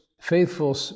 faithful